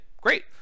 great